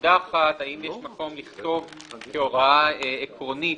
נקודה אחת - האם יש מקום לכתוב כהוראה עקרונית